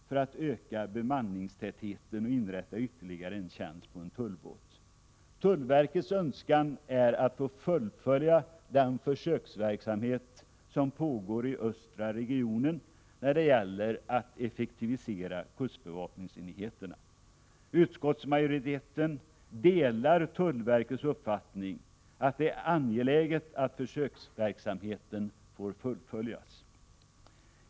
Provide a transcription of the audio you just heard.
— för att öka bemanningstätheten och inrätta ytterligare en tjänst på en tullbåt. Tullverkets önskan är att få fullfölja den försöksverksamhet som pågår i östra regionen när det gäller att effektivisera kustbevakningsenheterna. Utskottsmajoriteten delar tullverkets uppfattning att det är angeläget att försöksverksamheten fullföljs.